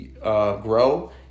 grow